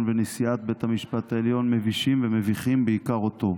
ונשיאת בית המשפט העליון מבישים ומביכים בעיקר אותו.